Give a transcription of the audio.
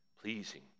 pleasing